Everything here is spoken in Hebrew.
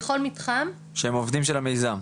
בכל מתחם --- שהם העובדים של המיזם.